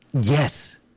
Yes